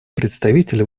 представитель